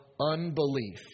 Unbelief